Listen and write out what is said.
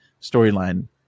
storyline